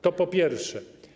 To po pierwsze.